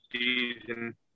season